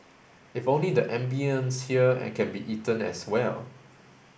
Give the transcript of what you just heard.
if only the ambience here can be eaten as well